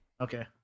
Okay